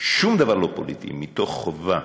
שום דבר פוליטי, מתוך חובה.